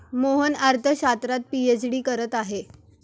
मोहन अर्थशास्त्रात पीएचडी करत आहे